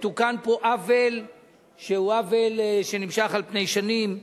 מתוקן פה עוול שנמשך על פני שנים.